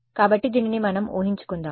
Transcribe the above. కాబట్టి దీనిని మనం ఊహించుకుందాం